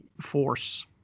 force